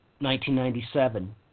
1997